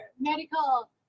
medical